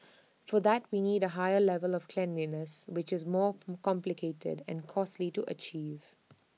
for that we need A higher level of cleanliness which is more complicated and costly to achieve